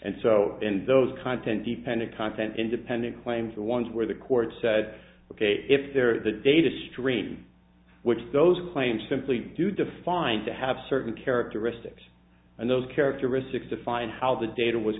and so in those content dependent content independent claims the ones where the court said if there are the data stream which those claims simply do define to have certain characteristics and those characteristics define how the data was